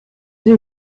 sie